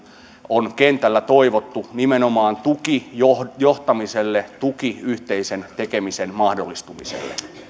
on kentällä toivottu nimenomaan tuki johtamiselle tuki yhteisen tekemisen mahdollistumiselle